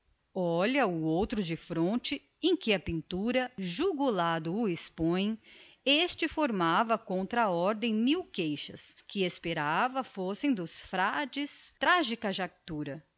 olha o outro defronte em que a pintura jugulado o expõe este formava contra a ordem mil queixas que esperava fossem dos frades trágico jatura